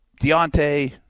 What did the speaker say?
Deontay